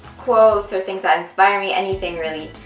quotes, things that inspire me, anything really!